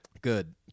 Good